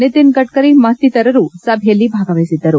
ನಿತಿನ್ ಗಡ್ಡರಿ ಮತ್ತಿತರರು ಸಭೆಯಲ್ಲಿ ಭಾಗವಹಿಸಿದ್ದರು